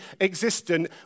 existent